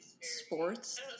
sports